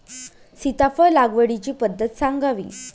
सीताफळ लागवडीची पद्धत सांगावी?